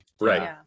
right